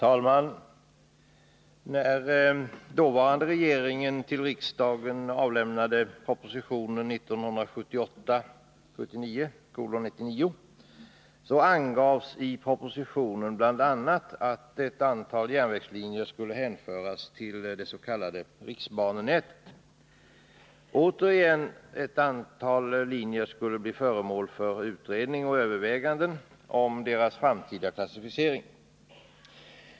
Herr talman! I proposition 1978/79:99 angav dåvarande regeringen bl.a. att en del järnvägslinjer skulle hänföras till ett s.k. riksbanenät. Andra åter skulle bli föremål för utredning och överväganden när det gällde den framtida klassificeringen.